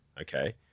Okay